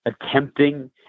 attempting